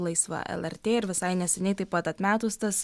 laisva lrt ir visai neseniai taip pat atmetus tas